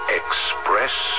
express